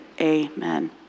Amen